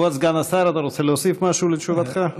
כבוד סגן השר, אתה רוצה להוסיף משהו לתשובתך?